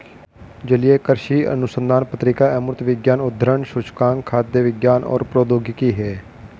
जलीय कृषि अनुसंधान पत्रिका अमूर्त विज्ञान उद्धरण सूचकांक खाद्य विज्ञान और प्रौद्योगिकी है